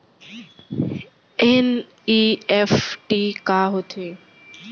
NEFT का होथे?